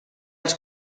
els